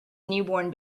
newborn